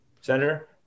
Senator